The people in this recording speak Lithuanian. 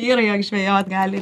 vyrai jog žvejot gali